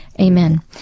amen